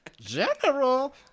General